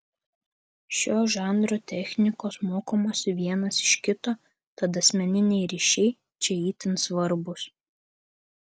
šio žanro technikos mokomasi vienas iš kito tad asmeniniai ryšiai čia itin svarbūs